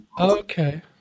Okay